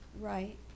right